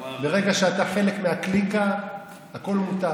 ברגע שאתה חלק מהקליקה, הכול מותר.